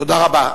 תודה רבה.